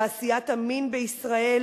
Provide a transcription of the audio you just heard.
תעשיית המין בישראל